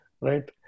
Right